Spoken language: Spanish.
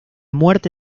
muerte